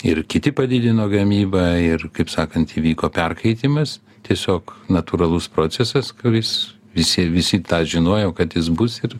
ir kiti padidino gamybą ir kaip sakant įvyko perkaitimas tiesiog natūralus procesas kuris visi visi tą žinojo kad jis bus ir